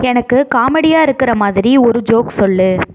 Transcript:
எனக்கு காமெடியாக இருக்கிற மாதிரி ஒரு ஜோக் சொல்